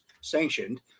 sanctioned